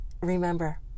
remember